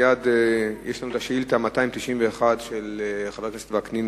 יש לנו כאן שאילתא מס' 291 של חבר הכנסת וקנין,